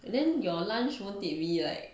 and then your lunch won't it be like